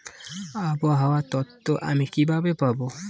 আবহাওয়ার তথ্য আমি কিভাবে পাবো?